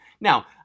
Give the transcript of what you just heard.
Now